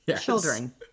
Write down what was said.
children